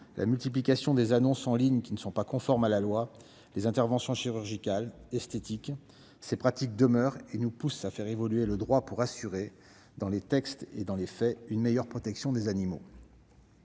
la multiplication des annonces en ligne qui ne sont pas conformes à la loi, les interventions chirurgicales et esthétiques ... toutes ces pratiques persistent et nous poussent à faire évoluer le droit pour assurer, dans les textes et dans les faits, une meilleure protection des animaux.